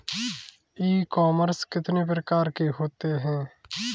ई commerce कितने प्रकार के होते हैं?